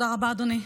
תודה רבה, אדוני.